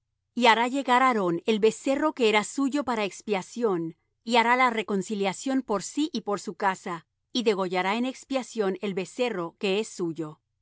y hará llegar aarón el becerro que era suyo para expiación y hará la reconciliación por sí y por su casa y degollará en expiación el becerro que es suyo